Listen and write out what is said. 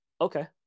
okay